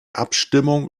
abstimmung